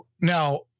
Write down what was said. Now